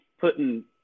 putting